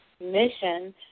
mission